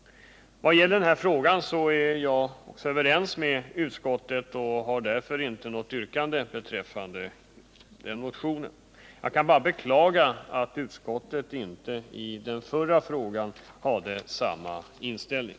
Vad gäller denna fråga är jag överens med utskottet och har därför inget yrkande beträffande den motionen. Jag kan bara beklaga att utskottet inte i den förra frågan hade samma inställning.